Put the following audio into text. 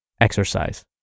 exercise